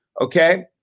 Okay